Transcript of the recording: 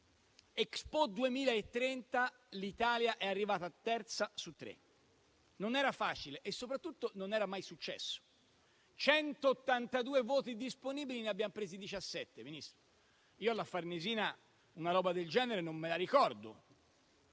Expo 2030 l'Italia è arrivata terza su tre; non era facile e soprattutto non era mai successo: su 182 voti disponibili, ne abbiamo presi 17. Signor Ministro, io alla Farnesina una roba del genere non me la ricordo.